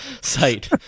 site